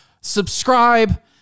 subscribe